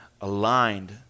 aligned